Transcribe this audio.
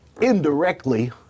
indirectly